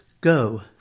Go